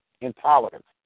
intolerance